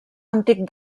antic